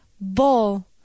ball